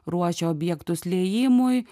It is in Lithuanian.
ruošia objektus liejimui